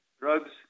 Drugs